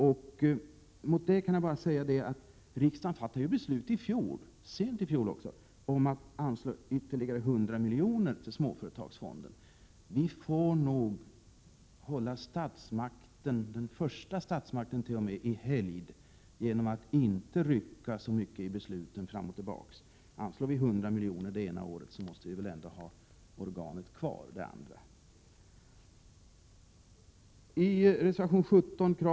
Jag kan där bara säga att riksdagen sent i fjol fattade beslut om att anslå ytterligare 100 miljoner till småföretagsfonden. Vi får, nog hålla den första statsmakten i helgd, genom att inte rycka besluten fram och tillbaka så mycket. Anslås 100 miljoner det ena året, måste väl organet i fråga få vara kvar det andra året. Prot.